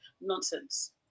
nonsense